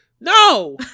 No